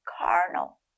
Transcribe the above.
carnal